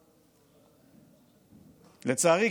לצערי,